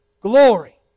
glory